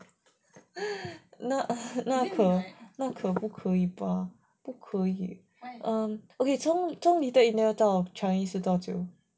那个那不可以吧不可以 um so 从 little india 到 changi 是多久